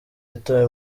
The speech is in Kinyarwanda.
yatawe